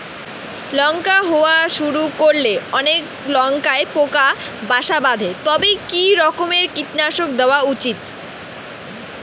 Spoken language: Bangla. লঙ্কা হওয়া শুরু করলে অনেক লঙ্কায় পোকা বাসা বাঁধে তবে কি রকমের কীটনাশক দেওয়া উচিৎ?